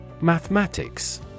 Mathematics